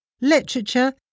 literature